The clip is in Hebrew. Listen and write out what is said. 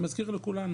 אני מזכיר לכולנו,